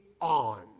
on